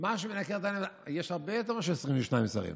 מה שמנקר את העיניים, יש הרבה יותר מאשר 22 שרים.